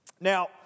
now